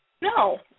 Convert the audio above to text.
No